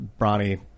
Bronny